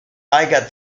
got